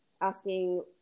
asking